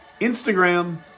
Instagram